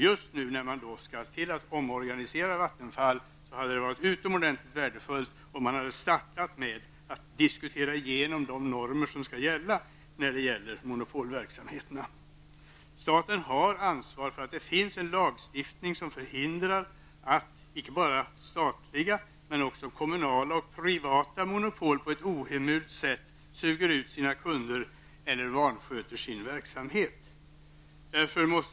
Just nu när man står i begrepp att omorganisera Vattenfall, hade det varit utomordentligt värdefullt om man hade startat med att diskutera igenom de normer som skall gälla i fråga om monopolverksamheterna. Staten har ansvar för att det finns en lagstiftning som förhindrar att icke bara statliga utan också kommunala och privata monopol på ett ohemult sätt suger ut sina kunder eller vansköter sin verksamhet.